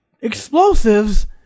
explosives